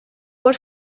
por